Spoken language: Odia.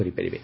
କରିପାରିବେ